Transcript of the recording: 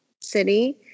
city